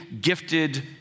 gifted